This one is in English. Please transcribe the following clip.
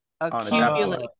accumulate